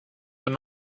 were